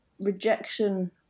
rejection